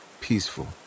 peaceful